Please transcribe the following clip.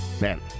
Man